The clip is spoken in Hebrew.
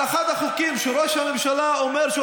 על אחד החוקים שראש הממשלה אומר שהוא